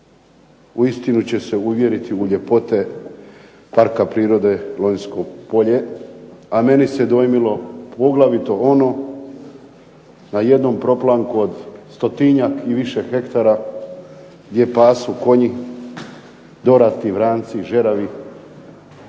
uistinu će se uvjeriti u ljepote Parka prirode Lonjsko polje. A mene se dojmilo poglavito ono na jednom proplanku od 100-tinjak i više hektar gdje pasu konji, dorati, vranci, žeravi